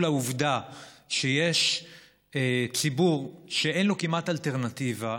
העובדה שיש ציבור שאין לו כמעט אלטרנטיבה,